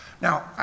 Now